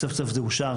וסוף סוף זה אושר,